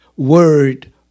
Word